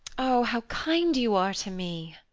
oh, how kind you are to me!